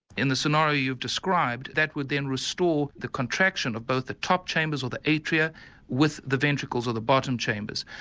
in the scenario you've described that would then restore the contraction of both the top chambers or the atria with the ventricles or the bottom chambers.